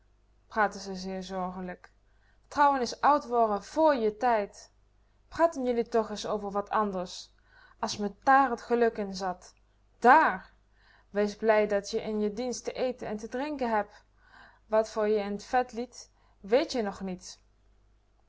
ze zeer zorgelijk trouwen is oud worden vr je tijd praten jullie toch is over wat anders as me dààr t geluk in zit dààr wees blij dat je in je dienst te eten en te drinken heb wat voor je in t vet leit weet je nog niet